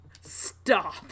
Stop